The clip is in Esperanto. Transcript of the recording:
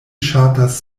ŝatas